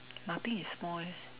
nothing is small eh